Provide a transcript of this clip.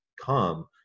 come